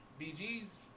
BG's